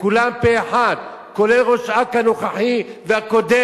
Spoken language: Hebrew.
שכולם פה אחד, כולל ראש אכ"א הנוכחי והקודם,